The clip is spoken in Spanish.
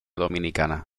dominicana